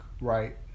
right